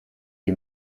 sie